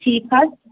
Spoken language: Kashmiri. ٹھیٖک حظ